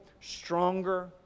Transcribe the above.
stronger